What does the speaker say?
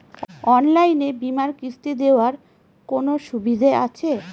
অনলাইনে বীমার কিস্তি দেওয়ার কোন সুবিধে আছে?